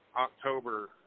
October